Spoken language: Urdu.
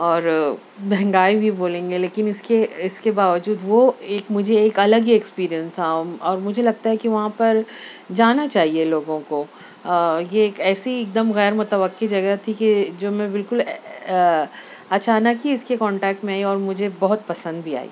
اور مہنگائی بھی بولیں گے لیکن اس کے اس کے باوجود وہ ایک مجھے ایک الگ ہی ایکسپیریئنس تھا اور مجھے لگتا ہے کہ وہاں پر جانا چاہیے لوگوں کو یہ ایک ایسی ایک دم غیر متوقع جگہ تھی کہ جو میں بالکل اچانک ہی اس کے کونٹیکٹ میں آئی اور مجھے بہت پسند بھی آئی